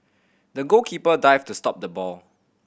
the goalkeeper dived to stop the ball